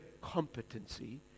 competency